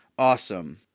awesome